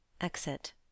Exit